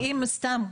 אם סתם,